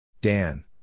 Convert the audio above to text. Dan